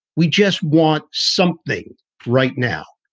we just want something right now.